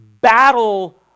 battle